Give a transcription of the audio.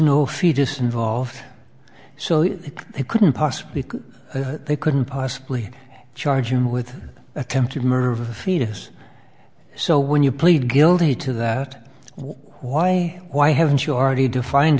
no fee just involved so they couldn't possibly could they couldn't possibly charge him with attempted murder of fetus so when you plead guilty to that why why haven't you already defined